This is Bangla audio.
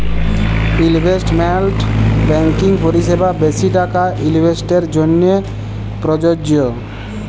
ইলভেস্টমেল্ট ব্যাংকিং পরিসেবা বেশি টাকা ইলভেস্টের জ্যনহে পরযজ্য